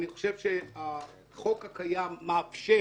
אני חושב שהחוק הקיים מאפשר,